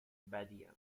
بدیم